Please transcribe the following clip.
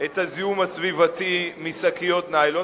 את הזיהום הסביבתי משקיות ניילון,